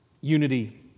Unity